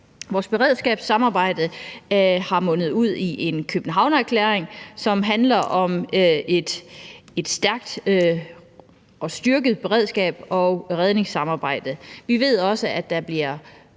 Vores beredskabssamarbejde er mundet ud i en Københavnererklæring, som handler om et stærkt og styrket beredskab og redningssamarbejde. Vi ved, at der bliver